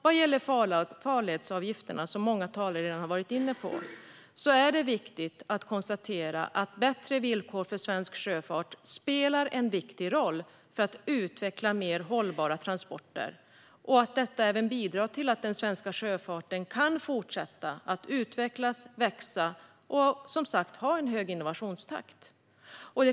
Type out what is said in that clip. Vad gäller farledsavgifterna, som många talare varit inne på, är det viktigt att konstatera att bättre villkor för svensk sjöfart spelar stor roll för att utveckla mer hållbara transporter och att det även bidrar till att den svenska sjöfarten kan fortsätta att utvecklas, växa och ha en hög innovationstakt.